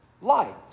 light